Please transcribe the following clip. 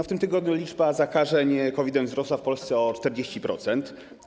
W tym tygodniu liczba zakażeń COVID-em wzrosła w Polsce o 40%.